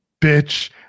Bitch